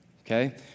Okay